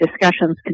discussions